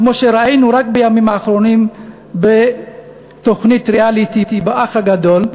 כמו שראינו בימים האחרונים בתוכנית הריאליטי "האח הגדול",